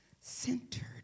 centered